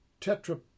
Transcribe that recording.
tetra